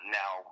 now